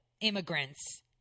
immigrants